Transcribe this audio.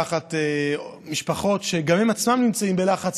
תחת משפחות שגם הן עצמן נמצאות בלחץ,